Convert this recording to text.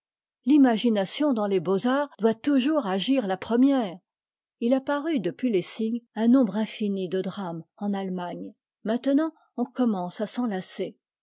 l'imagination dans les beauxarts doit toujours agir la première h a paru depuis lessing un nombre infini de drames en allemagne maintenant on commence à s'en lasser